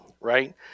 right